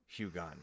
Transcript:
Hugon